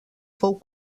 fou